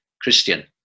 Christian